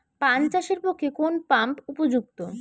পান চাষের পক্ষে কোন পাম্প উপযুক্ত?